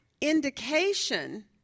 indication